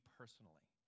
personally